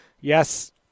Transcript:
yes